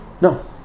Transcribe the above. No